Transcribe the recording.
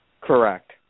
Correct